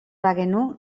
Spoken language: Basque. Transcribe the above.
bagenu